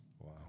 Wow